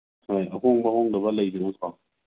ꯍꯣꯏ ꯑꯍꯣꯡꯕ ꯍꯣꯡꯗꯕ ꯂꯩꯗꯅꯀꯣ